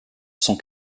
sont